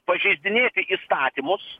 pažeidinėti įstatymus